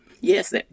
Yes